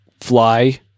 fly